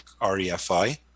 REFI